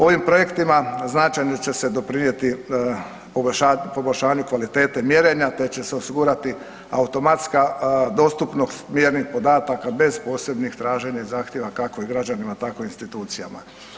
Ovim projektima značajno će se doprinijeti poboljšanju kvalitete mjerenja te će osigurati automatska dostupnost mjernih podataka bez posebnih traženja i zahtjeva kako građanima tako i institucijama.